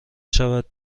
شود